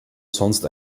sonst